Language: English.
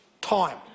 time